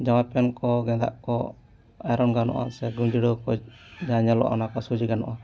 ᱡᱟᱢᱟ ᱯᱮᱱᱴ ᱠᱚ ᱜᱮᱸᱫᱟᱜ ᱠᱚ ᱟᱭᱨᱚᱱ ᱜᱟᱱᱚᱜᱼᱟ ᱥᱮ ᱜᱩᱸᱽᱡᱲᱟᱹᱣ ᱠᱚ ᱡᱟᱦᱟᱸ ᱧᱮᱞᱚᱜᱼᱟ ᱚᱱᱟ ᱥᱚᱡᱷᱮ ᱜᱟᱱᱚᱜᱼᱟ